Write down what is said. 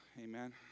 amen